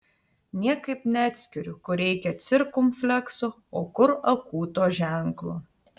niekaip neatskiriu kur reikia cirkumflekso o kur akūto ženklo